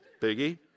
Biggie